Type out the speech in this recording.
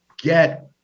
get